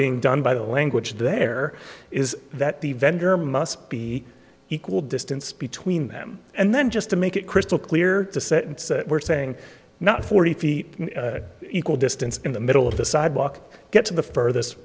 being done by the language there is that the vendor must be equal distance between them and then just to make it crystal clear to say we're saying not forty feet equal distance in the middle of the sidewalk get to the furthest